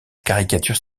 caricature